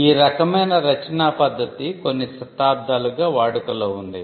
ఈ రకమైన రచనా పద్ధతి కొన్ని శతాబ్దాలుగా వాడుకలో ఉంది